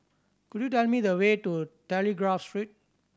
could you tell me the way to Telegraph Street